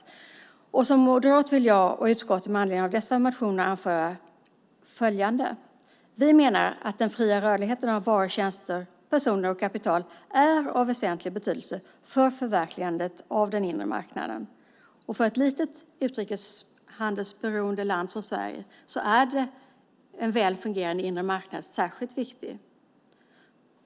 Såväl jag som moderat som utskottet vill med anledning av dessa motioner anföra följande: Vi menar att den fria rörligheten av varor, tjänster, personer och kapital är av väsentlig betydelse för förverkligandet av den inre marknaden. För ett litet och utrikeshandelsberoende land som Sverige är en väl fungerande inre marknad särskilt viktig.